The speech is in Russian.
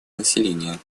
населения